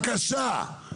בבקשה.